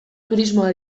turismoa